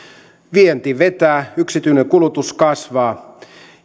vienti vetää yksityinen kulutus kasvaa